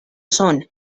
son